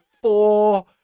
four